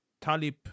Talib